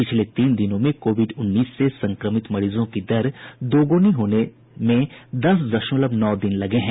पिछले तीन दिनों में कोविड उन्नीस से संक्रमित मरीजों की दर दोगुनी होने में दस दशमलव नौ दिन लगे हैं